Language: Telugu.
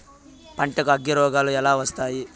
పంటకు అగ్గిరోగాలు ఎలా వస్తాయి?